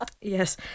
Yes